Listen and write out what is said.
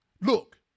Look